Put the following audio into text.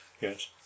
Yes